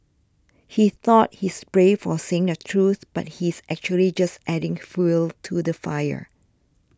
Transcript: he thought he's brave for saying the truth but he's actually just adding fuel to the fire